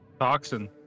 Toxin